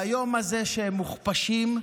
ביום הזה שהם מוכפשים,